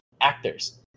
actors